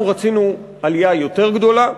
אנחנו רצינו עלייה יותר גדולה,